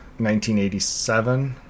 1987